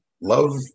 love